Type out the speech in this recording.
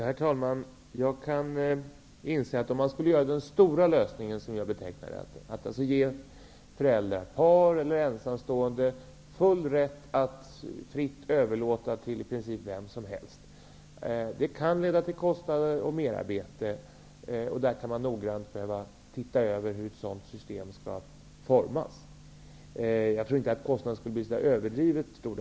Herr talman! Jag inser att den stora lösningen -- dvs. att ge föräldrar, par eller ensamstående, full rätt att fritt överlåta ersättning till i princip vem som helst -- kan leda till kostnader och merarbete och att det noggrant måste utredas hur ett sådant system skall utformas. Jag tror inte att kostnaden skulle bli överdrivet stor.